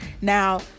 now